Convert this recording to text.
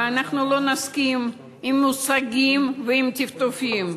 ואנחנו לא נסכים עם מושגים ועם טפטופים.